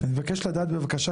אני מבקש לדעת בבקשה,